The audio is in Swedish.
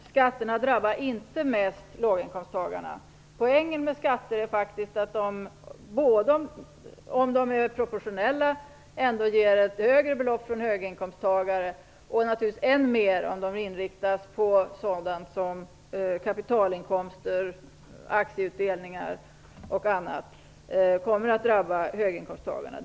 Fru talman! Skatterna drabbar inte mest låginkomsttagare, Gullan Lindblad. Poängen med skatter är att de, om de är proportionella, ger ett högre belopp för en höginkomsttagare. Det är naturligtvis än mer fallet om de inriktas på sådant som kapitalinkomster, aktieutdelningar och annat. Det kommer att drabba höginkomsttagarna.